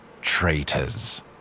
traitors